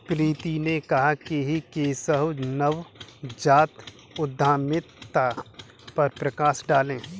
प्रीति ने कहा कि केशव नवजात उद्यमिता पर प्रकाश डालें